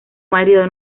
marido